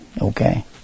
okay